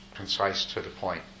concise-to-the-point